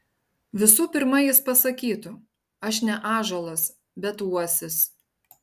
visų pirma jis pasakytų aš ne ąžuolas bet uosis